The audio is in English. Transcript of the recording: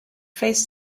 face